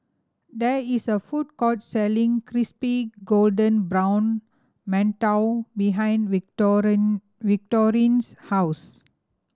there is a food court selling crispy golden brown mantou behind Victorine's house